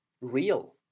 real